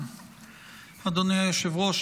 אדוני היושב-ראש,